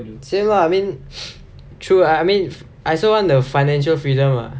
same lah I mean true I mean I also want the financial freedom lah